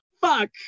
Fuck